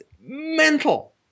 mental